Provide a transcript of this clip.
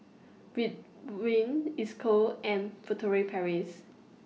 Ridwind Isocal and Furtere Paris